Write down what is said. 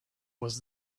was